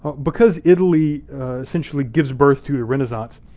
because italy essentially gives birth to the renaissance,